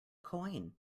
coin